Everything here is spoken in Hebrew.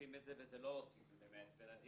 מצרפים את זה וזה לא אוטיזם באמת.